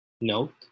Note